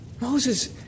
Moses